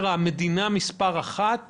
מי המדינה מס' אחת